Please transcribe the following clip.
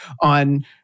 on